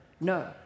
no